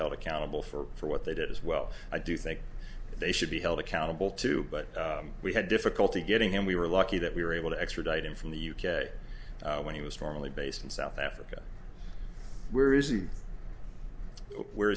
held accountable for what they did as well i do think they should be held accountable too but we had difficulty getting him we were lucky that we were able to extradite him from the u k when he was formally based in south africa where is he where